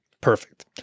Perfect